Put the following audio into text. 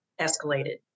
escalated